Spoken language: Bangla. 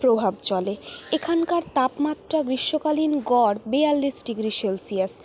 প্রভাব চলে এখানকার তাপমাত্রা গ্রীষ্মকালীন গড় বেয়াল্লিশ ডিগ্রি সেলসিয়াস